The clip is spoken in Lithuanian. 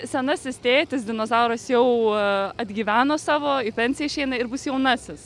senasis tėtis dinozauras jau atgyveno savo į pensiją išeina ir bus jaunasis